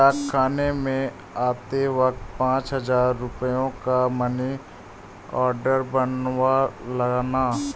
डाकखाने से आते वक्त पाँच हजार रुपयों का मनी आर्डर बनवा लाना